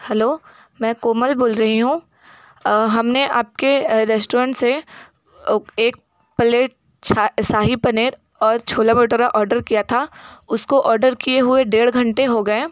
hello मैं कोमल बोल रही हूँ हम ने आप के रेस्टुरेंट से एक प्लेट छा शाही पनीर और छोला भटोरा ऑर्डर किया था उसको ऑर्डर किए हुऐ डेढ़ घंटे हो गए हैं